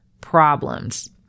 problems